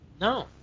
No